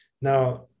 Now